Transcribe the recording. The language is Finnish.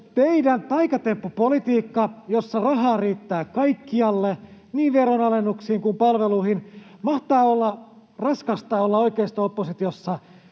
Teidän taikatemppupolitiikassanne rahaa riittää kaikkialle, niin veronalennuksiin kuin palveluihin. Mahtaa olla raskasta olla oikeisto-oppositiossa: